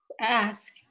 ask